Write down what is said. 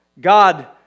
God